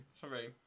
Sorry